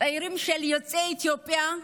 צעירים יוצאי אתיופיה.